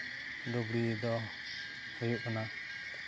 ᱞᱩᱜᱽᱲᱤ ᱫᱚ ᱦᱩᱭᱩᱜ ᱠᱟᱱᱟ